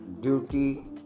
duty